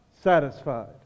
satisfied